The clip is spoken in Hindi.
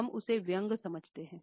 हम उसे व्यंग्य समझते हैं